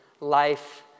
life